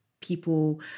people